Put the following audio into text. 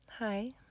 Hi